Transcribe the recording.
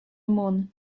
moon